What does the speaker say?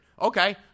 Okay